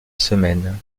semaine